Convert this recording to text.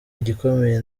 igikomeye